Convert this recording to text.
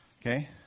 okay